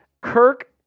Kirk